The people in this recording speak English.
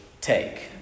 take